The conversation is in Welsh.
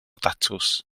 datws